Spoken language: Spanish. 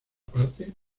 parte